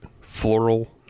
floral